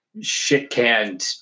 shit-canned